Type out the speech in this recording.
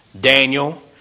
Daniel